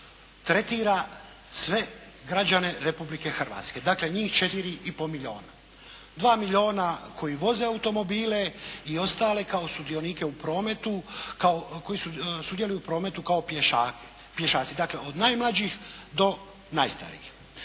tretira sve građane Republike Hrvatske, dakle njih 4 i pol milijuna. 2 milijuna koji voze automobile i ostale kao sudionike u prometu kao pješaci, od najmlađih do najstarijih.